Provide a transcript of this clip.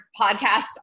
podcast